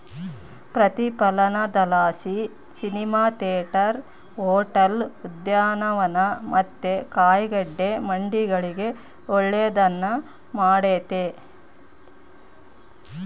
ಪ್ರತಿಫಲನದಲಾಸಿ cinema theatre, hotel, ಉದ್ಯಾನವನ ಮತ್ತೆ ಕಾಯಿಗಡ್ಡೆ ಮಂಡಿಗಳಿಗೆ ಒಳ್ಳೆದ್ನ ಮಾಡೆತೆ